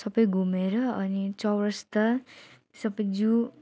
सबै घुमेर अनि चौरस्ता सबै जू